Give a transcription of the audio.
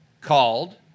called